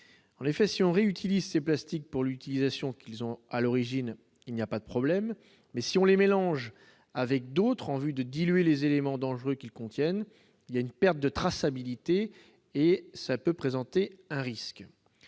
en effet si on réutilise ses plastiques pour l'utilisation qu'ils ont à l'origine, il n'y a pas de problème, mais si on les mélange avec d'autres, en vue de diluer les éléments dangereux qu'ils contiennent, il y a une perte de traçabilité et ça peut présenter un risque